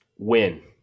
Win